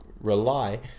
rely